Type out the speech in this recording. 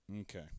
Okay